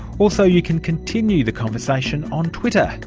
also you can continue the conversation on twitter,